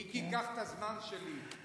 מיקי, קח את הזמן שלי.